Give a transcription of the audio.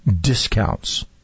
discounts